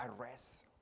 arrest